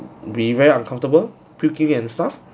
be very uncomfortable puking and stuff